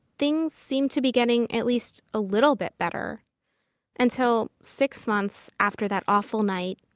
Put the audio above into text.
things seemed to be getting at least a little bit better until, six months after that awful night,